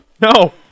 No